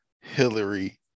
Hillary